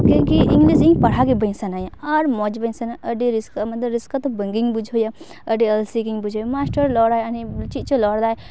ᱴᱷᱤᱠ ᱜᱮ ᱤᱝᱞᱤᱥ ᱤᱧ ᱯᱟᱲᱦᱟᱣ ᱜᱮᱵᱟᱝ ᱥᱟᱱᱟᱧᱟ ᱟᱨ ᱱᱚᱡᱽ ᱵᱟᱹᱧ ᱟᱭᱠᱟᱹᱣᱟ ᱟᱹᱰᱤ ᱨᱟᱹᱥᱠᱟᱹᱜᱼᱟ ᱨᱟᱹᱥᱠᱟᱹ ᱫᱚ ᱵᱟᱝ ᱜᱤᱧ ᱵᱩᱡᱷᱟᱹᱣᱟ ᱟᱨ ᱟᱹᱰᱤ ᱟᱞᱥᱮ ᱜᱤᱧ ᱵᱩᱡᱷᱟᱹᱣᱟ ᱢᱟᱥᱴᱟᱨ ᱨᱚᱲᱟᱭ ᱪᱮᱫ ᱪᱚᱭ ᱨᱚᱲ ᱫᱟᱭ